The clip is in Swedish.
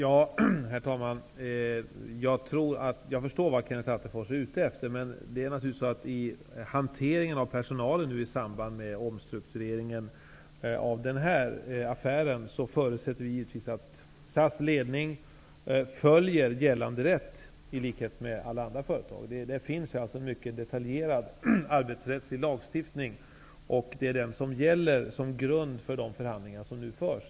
Herr talman! Jag förstår vad Kenneth Attefors är ute efter. Vad gäller hanteringen av personalen i samband med den omstrukturering som sker till följd av denna affär, förutsätter jag givetvis att SAS ledning, i likhet med alla andra företag, följer gällande rätt. Det finns en mycket detaljerad arbetsrättslig lagstiftning. Den gäller som grund för de förhandlingar som nu förs.